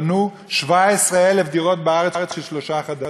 בנו בארץ 17,000 דירות של שלושה חדרים,